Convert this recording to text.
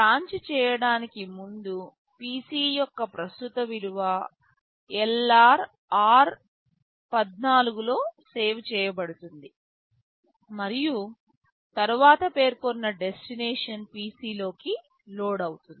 branch చేయడానికి ముందు PC యొక్క ప్రస్తుత విలువ LR లో సేవ్ చేయబడుతుంది మరియు తరువాత పేర్కొన్న డెస్టినేషన్ PC లోకి లోడ్ అవుతుంది